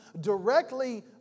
directly